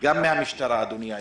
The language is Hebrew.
גם מהמשטרה, אדוני היושב-ראש,